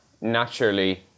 naturally